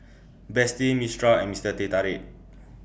Betsy Mistral and Mister Teh Tarik